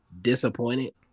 disappointed